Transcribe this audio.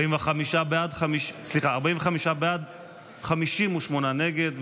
45 בעד, 58 נגד.